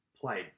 played